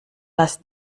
lass